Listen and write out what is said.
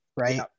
right